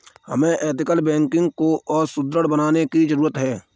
हमें ethical banking को और सुदृढ़ बनाने की जरूरत है